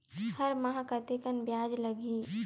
हर माह कतेकन ब्याज लगही?